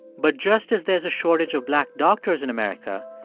but just as there's a shortage of black doctors in america,